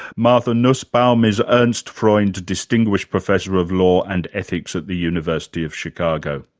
martha nussbaum is ernst freund distinguished professor of law and ethics at the university of chicago.